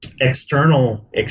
external